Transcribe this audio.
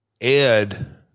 Ed